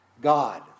God